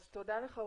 תודה לך.